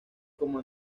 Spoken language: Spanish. como